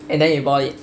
and then you bought it